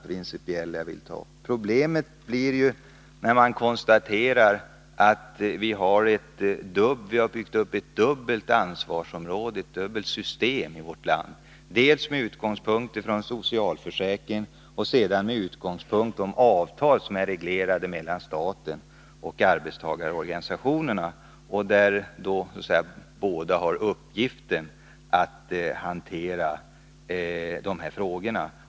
anställdas sjuk Problemet är — och det är den andra principfrågan jag vill ta upp — att vi i vårt land har byggt upp dubbla system för detta, dels med utgångspunkt i socialförsäkringen, dels med utgångspunkt i avtal mellan staten och arbetstagarorganisationerna. Båda har uppgiften att hantera de här frågorna.